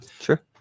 Sure